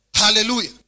Hallelujah